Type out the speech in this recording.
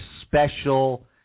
special